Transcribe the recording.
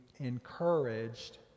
encouraged